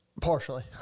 Partially